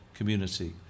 community